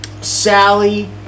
Sally